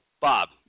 Bob